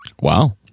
Wow